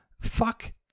Fuck